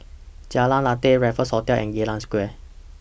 Jalan Lateh Raffles Hotel and Geylang Square